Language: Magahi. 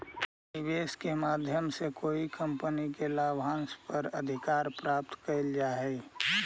निवेश के माध्यम से कोई कंपनी के लाभांश पर अधिकार प्राप्त कैल जा हई